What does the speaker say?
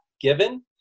given